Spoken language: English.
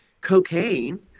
Cocaine